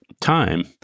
time